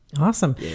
Awesome